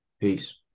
Peace